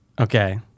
Okay